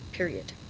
period.